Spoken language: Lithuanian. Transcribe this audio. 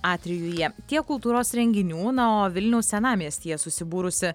atrijuje tiek kultūros renginių na o vilniaus senamiestyje susibūrusi